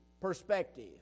perspective